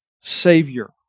Savior